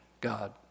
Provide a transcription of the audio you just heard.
God